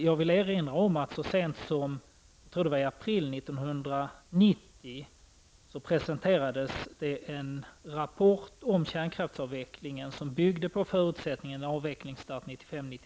Jag vill erinra om att det så sent som i april 1990 presenterades en rapport om kärnkraftsavvecklingen, som byggde på förutsättningen att avvecklingen skulle starta 1995/1996.